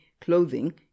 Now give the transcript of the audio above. clothing